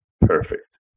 Perfect